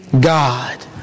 God